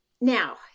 Now